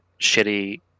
shitty